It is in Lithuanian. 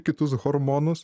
kitus hormonus